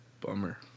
Bummer